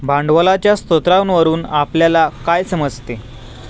भांडवलाच्या स्रोतावरून आपल्याला काय समजते?